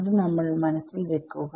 അത് നമ്മൾ മനസ്സിൽ വെക്കുക